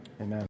amen